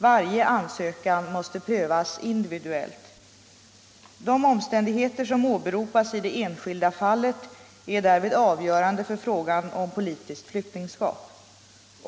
Varje ansökan måste prövas individuellt. De omständigheter som åberopas i det enskilda fallet är därvid avgörande för frågan om politiskt flyktingskap.